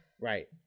Right